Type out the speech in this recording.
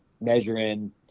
measuring